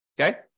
Okay